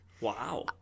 Wow